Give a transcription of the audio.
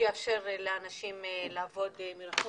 שיאפשר לאנשים לעבוד מרחוק,